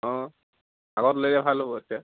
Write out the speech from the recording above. অঁ আগত লৈ লে ভাল হ'ব তেতিয়া